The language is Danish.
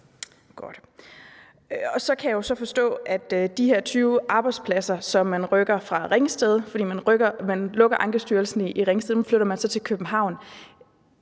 Så kan jeg jo så forstå, at de her 20 arbejdspladser, som man rykker fra Ringsted, fordi man lukker Ankestyrelsen i Ringsted, flytter man så til København.